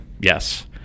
Yes